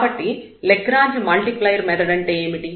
కాబట్టి Lagrange multiplier method అంటే ఏమిటి